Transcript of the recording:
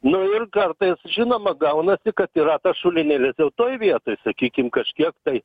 nu ir kartais žinoma gaunasi kad yra tas šulinėlis dėl toj vietoj sakykim kažkiek tai